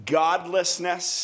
godlessness